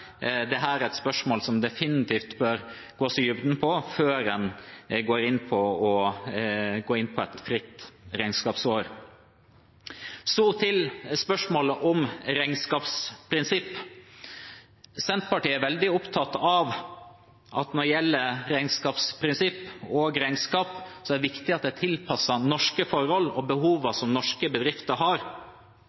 er spørsmål som det definitivt bør gås i dybden på før en går inn for et fritt regnskapsår. Når det gjelder spørsmålet om regnskapsprinsipp og regnskap, er Senterpartiet veldig opptatt av at det er tilpasset norske forhold og behovene som norske bedrifter har. Vi ser ingen grunn til at vi i Norge skal forsere et arbeid med å tilpasse norske